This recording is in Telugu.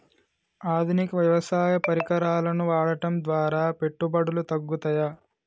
ఆధునిక వ్యవసాయ పరికరాలను వాడటం ద్వారా పెట్టుబడులు తగ్గుతయ?